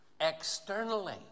externally